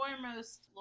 foremost